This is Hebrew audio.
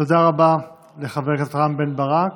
תודה רבה לחבר הכנסת רם בן ברק.